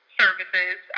services